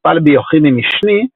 מפל ביוכימי משני,